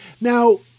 now